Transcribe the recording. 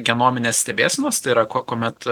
genominės stebėsenos tai yra kuo kuomet